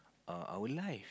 err our life